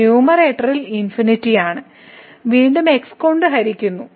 numerator ആണ് വീണ്ടും x കൊണ്ട് ഹരിക്കുന്നു